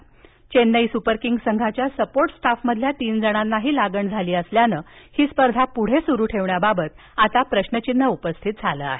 तसंच Chennai Super Kings संघाच्या support स्टाफमधल्या तीन जणांनाही लागण झाली असल्यानं ही स्पर्धा पुढे सुरू ठेवण्याबाबत प्रश्नचिन्ह उपस्थित झालं आहे